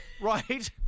right